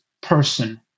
person